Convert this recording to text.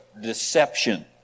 deception